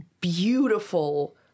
beautiful